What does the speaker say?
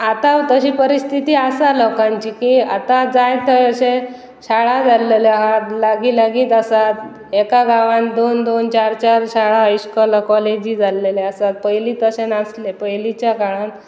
आतां तशी परिस्थिती आसा लोकांची की आतां जाय थंय अशे शाळा जाल्लेले आसात लागीं लागींच आसात एका गांवांत दोन दोन चार चार शाळा इश्कोला कॉलेजी जाल्लेले आसात पयलीं तशें नासलें पयलींच्या काळान